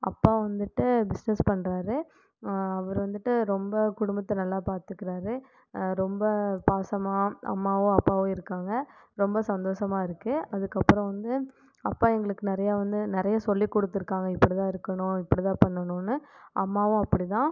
அப்பா வந்துட்டு பிஸ்னஸ் பண்ணுறாரு அவரு வந்துட்டு ரொம்ப குடும்பத்தை நல்லா பார்த்துக்குறாரு ரொம்ப பாசமாக அம்மாவும் அப்பாவும் இருக்காங்க ரொம்ப சந்தோசமாக இருக்குது அதுக்கப்புறம் வந்து அப்பா எங்களுக்கு நிறையா வந்து நிறைய சொல்லிக் கொடுத்துருக்காங்க இப்படி தான் இருக்கணும் இப்படிதான் பண்ணணும்னு அம்மாவும் அப்படிதான்